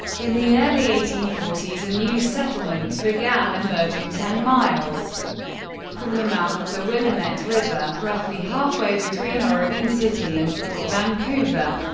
in the early eighteen forty s a new settlement began emerging ten miles from the mouth of the willamette river, roughly halfway between oregon city and fort vancouver.